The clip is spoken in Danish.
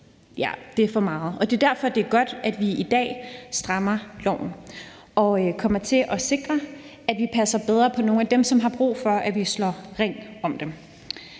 Det er for meget. Og det er derfor, det er godt, at vi i dag strammer loven og sikrer, at vi passer bedre på nogle af dem, som har brug for, at vi slår ring om dem.